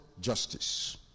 justice